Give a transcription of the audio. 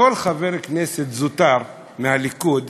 כל חבר כנסת זוטר מהליכוד,